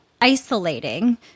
isolating